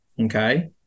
Okay